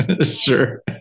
sure